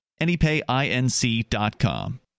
AnyPayInc.com